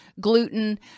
gluten